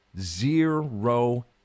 Zero